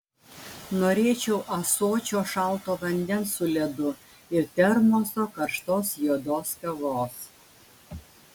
norėčiau ąsočio šalto vandens su ledu ir termoso karštos juodos kavos